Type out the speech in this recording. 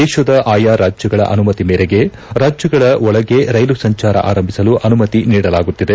ದೇಶದ ಆಯಾ ರಾಜ್ಯಗಳ ಅನುಮತಿ ಮೇರೆಗೆ ರಾಜ್ಯಗಳ ಒಳಗೆ ರೈಲು ಸಂಚಾರ ಆರಂಭಿಸಲು ಅನುಮತಿ ನೀಡಲಾಗುತ್ತಿದೆ